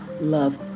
love